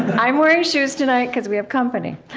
i'm wearing shoes tonight, because we have company